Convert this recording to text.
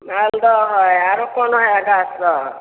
मालदह हय आओरो कोन हए गाछ सब